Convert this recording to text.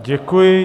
Děkuji.